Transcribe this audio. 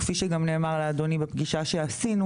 כפי שנאמר לאדוני בפגישה שעשינו,